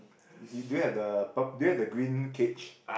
do you do you have the do you have the green cage